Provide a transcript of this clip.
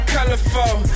Colorful